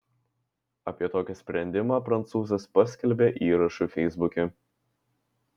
apie tokį sprendimą prancūzas paskelbė įrašu feisbuke